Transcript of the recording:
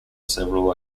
several